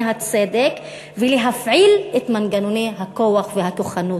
הצדק ולהפעיל את מנגנוני הכוח והכוחנות.